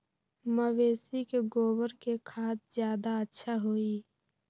मवेसी के गोबर के खाद ज्यादा अच्छा होई?